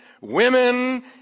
women